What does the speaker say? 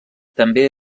també